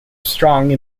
strong